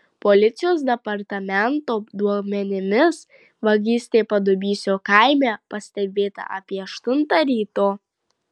policijos departamento duomenimis vagystė padubysio kaime pastebėta apie aštuntą ryto